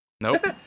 Nope